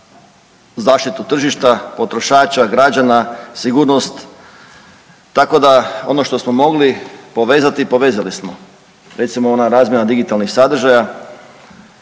zaštitu tržišta, potrošača, građana, sigurnost, tako da ono što smo mogli povezati povezali smo. Recimo ona razmjena digitalnih sadržaja